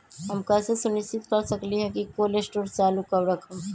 हम कैसे सुनिश्चित कर सकली ह कि कोल शटोर से आलू कब रखब?